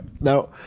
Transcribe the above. Now